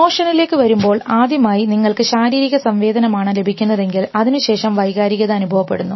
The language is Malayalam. ഇമോഷനിലേക്ക് വരുമ്പോൾ ആദ്യമായി നിങ്ങൾക്ക് ശാരീരിക സംവേദനമാണ് ലഭിക്കുന്നതെങ്കിൽ അതിനുശേഷം വൈകാരികത അനുഭവപ്പെടുന്നു